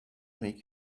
make